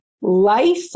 Life